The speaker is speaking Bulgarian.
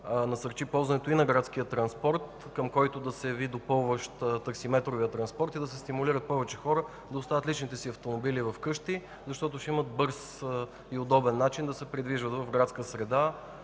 насърчаване ползването на градския транспорт, към който да се яви допълващ таксиметровият транспорт. Да се стимулират повече хора да остават личните си автомобили вкъщи, защото ще имат бърз и удобен начин да се придвижват в градска среда